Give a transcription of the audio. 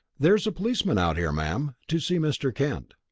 there's a policeman out here, ma'am, to see mr. kent.